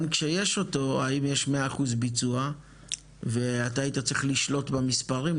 כשיש אותו האם יש 100% ביצוע ואתה היית צריך לשלוט במספרים,